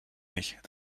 nicht